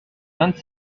vingt